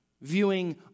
viewing